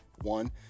one